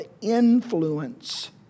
influence